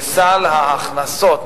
וסל ההכנסות,